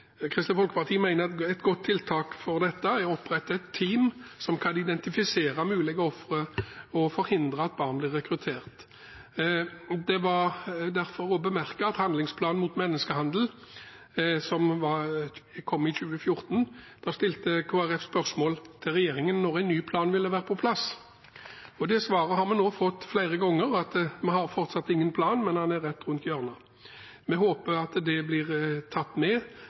Kristelig Folkeparti mener et godt tiltak for å forhindre dette er å opprette et team som kan identifisere mulige ofre og forhindre at barn blir rekruttert. I den forbindelse vil jeg bemerke at da handlingsplanen mot menneskehandel gikk ut i 2014, stilte Kristelig Folkeparti spørsmål til regjeringen om når en ny plan ville være på plass. Vi har nå flere ganger fått til svar at det fortsatt ikke er noen ny plan, men at den er rett rundt hjørnet. Vi håper at det blir tatt med